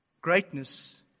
Greatness